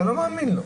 אתה לא מאמין לו,